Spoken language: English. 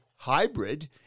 Hybrid